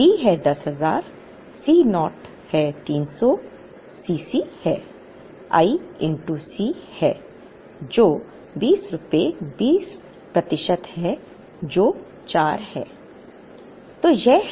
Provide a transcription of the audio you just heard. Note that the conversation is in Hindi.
D है 10000 C naught है 300 C c है i C है जो 20 रुपए 20 प्रतिशत है जो 4 है